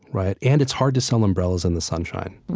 right. and it's hard to sell umbrellas in the sunshine.